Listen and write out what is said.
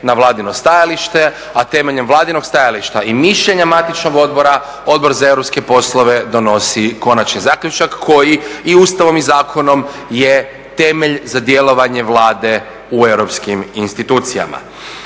na Vladino stajalište, a temeljem Vladinog stajališta i mišljenja Matičnog odbora, Odbor za europske poslove donosi konačni zaključak koji i Ustavom i zakonom je temelj za djelovanje Vlade u europskim institucijama.